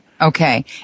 Okay